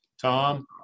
Tom